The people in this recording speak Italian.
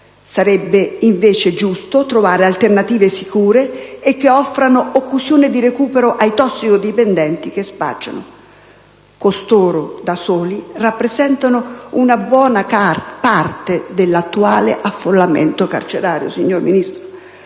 Sarebbe invece giusto trovare alternative sicure e che offrano occasioni di recupero ai tossicodipendenti che spacciano. Costoro, da soli, rappresentano una buona parte dell'attuale affollamento carcerario, signor Ministro.